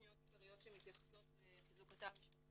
זה היה בדיווח אתמול,